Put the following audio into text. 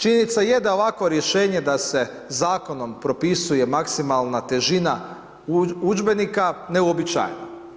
Činjenica je da je ovakvo rješenje da se zakonom propisuje maksimalna težina udžbenika neuobičajena.